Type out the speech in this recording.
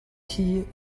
key